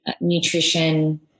nutrition